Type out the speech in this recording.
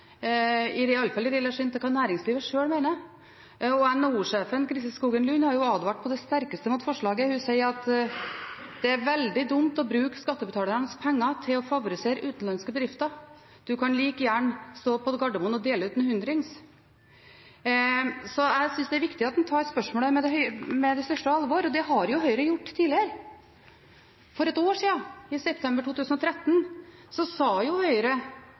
iallfall i relasjon til hva næringslivet sjøl mener. NHO-sjefen, Kristin Skogen Lund, har advart på det sterkeste mot forslaget. Hun sier: «Det er veldig dumt å bruke skattebetalernes penger til å favorisere utenlandske bedrifter.» Hun sier videre at man kan like gjerne stå på Gardermoen og dele ut «en hundrings». Jeg synes det er viktig at en tar spørsmålet på det største alvor. Det har Høyre gjort tidligere. For et år siden, i september 2013, sa Høyre